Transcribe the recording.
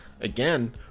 again